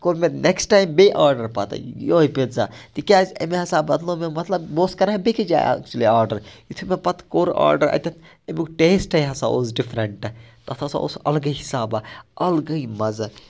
کوٚر مےٚ next time بیٚیہِ آڈَر پَتہٕ یوٚہَے پِتزا تِکیٛازِ أمۍ ہَسا بدلوو مےٚ مطلب بہٕ اوسُس کَران بیٚکہِ جایہِ اَکچُلی آڈَر یُتھُے مےٚ پَتہٕ کوٚر آڈَر اَتٮ۪تھ أمیُک ٹیسٹَے ہَسا اوس ڈِفرنٛٹ تَتھ ہَسا اوس الگٕے حِسابہ الگٕے مَزٕ